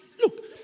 Look